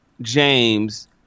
James